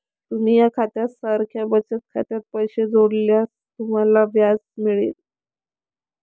तुम्ही या खात्या सारख्या बचत खात्यात पैसे जोडल्यास तुम्हाला व्याज मिळेल